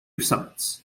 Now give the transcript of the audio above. summits